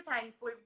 thankful